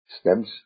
stems